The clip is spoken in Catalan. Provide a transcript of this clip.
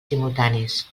simultanis